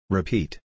Repeat